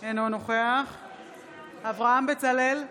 אינו נוכח אברהם בצלאל,